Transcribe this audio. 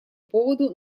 поводу